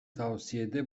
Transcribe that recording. tavsiyede